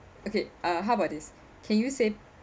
okay uh how about this can you say